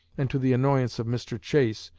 and to the annoyance of mr. chase,